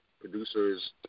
producers